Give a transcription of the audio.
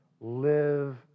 live